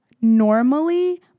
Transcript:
normally